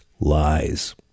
lies